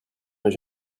mais